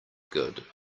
good